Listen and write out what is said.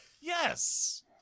yes